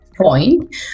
point